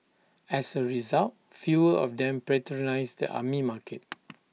as A result fewer of them patronise the Army Market